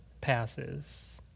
passes